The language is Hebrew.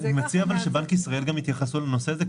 אני מציע שבנק ישראל גם יתייחסו לנושא הזה.